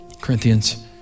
Corinthians